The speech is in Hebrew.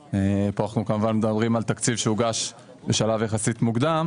לפי התכנית המאזנת עד ה-15 בדצמבר,